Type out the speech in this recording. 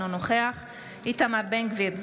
אינו נוכח איתמר בן גביר,